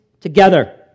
together